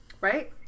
Right